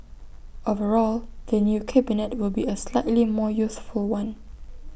overall the new cabinet will be A slightly more youthful one